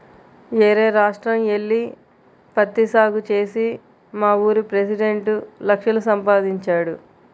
యేరే రాష్ట్రం యెల్లి పత్తి సాగు చేసి మావూరి పెసిడెంట్ లక్షలు సంపాదించాడు